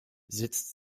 sitzt